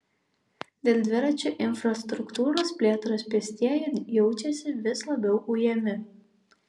dėl dviračių infrastruktūros plėtros pėstieji jaučiasi vis labiau ujami